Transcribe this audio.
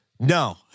No